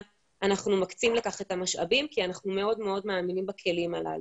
אנחנו מקצים לכך את המשאבים כי אנחנו מאוד מאוד מאמינים בכלים הללו.